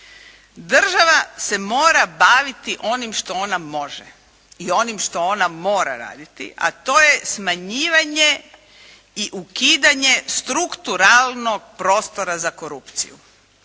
Država se mora baviti onim što ona može i onim što ona mora raditi, a to je smanjivanje i ukidanje strukturalnog prostora za korupciju.